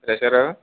లేచారా